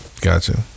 Gotcha